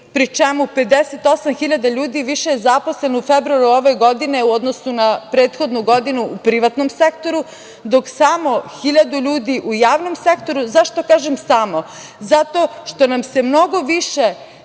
pri čemu 58.000 ljudi više je zaposleno u februaru ove godine u odnosu na prethodnu godinu u privatnom sektoru, dok samo 1.000 ljudi u javnom sektoru.Zašto kažem samo? Zato što nam se mnogo više